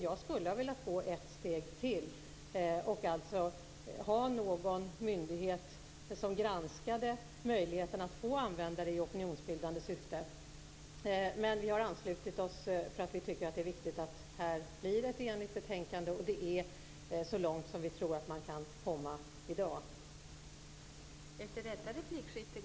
Jag skulle ha velat gå ett steg till och ge någon myndighet i uppdrag att granska möjligheterna att få använda barnpornografi i opinionsbildande syfte. Men vi har anslutit oss till majoriteten, för att vi tycker att det är viktigt med ett enhälligt betänkande. Det är så långt som vi tror att man kan komma i dag.